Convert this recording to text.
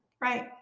Right